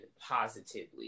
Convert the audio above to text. positively